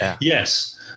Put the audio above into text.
Yes